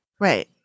Right